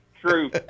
True